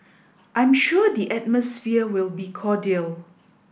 I'm sure the atmosphere will be cordial